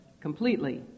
completely